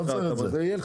קראתי את